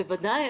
בוודאי,